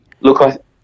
Look